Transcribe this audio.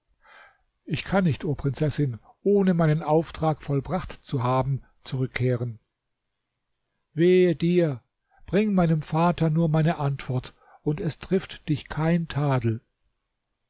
ich kann nicht o prinzessin ohne meinen auftrag vollbracht zu haben zurückkehren wehe dir bring meinem vater nur meine antwort und es trifft dich kein tadel